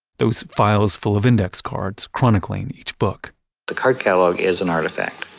those files full of index cards chronicling each book the card catalog is an artifact.